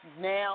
now